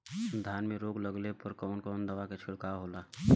धान में रोग लगले पर कवन कवन दवा के छिड़काव होला?